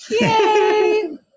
yay